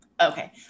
Okay